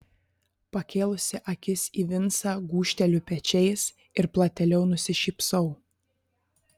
pakėlusi akis į vincą gūžteliu pečiais ir platėliau nusišypsau